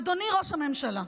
אדוני ראש הממשלה,